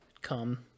come